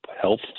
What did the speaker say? health